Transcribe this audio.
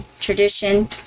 tradition